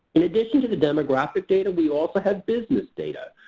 in addition to the demographic data we also have business data.